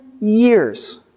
years